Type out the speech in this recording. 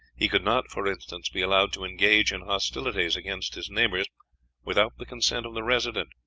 he could not, for instance, be allowed to engage in hostilities against his neighbors without the consent of the resident,